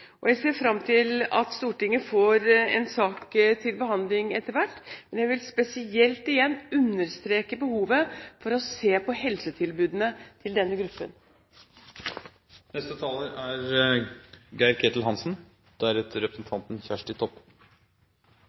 og jeg ser fram til at Stortinget får en sak til behandling etter hvert. Jeg vil igjen spesielt understreke behovet for å se på helsetilbudene til denne